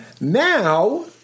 Now